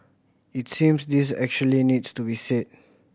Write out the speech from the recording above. it seems this actually needs to be said